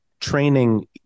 training